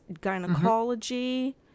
gynecology